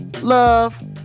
love